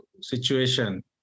situation